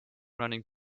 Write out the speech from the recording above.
running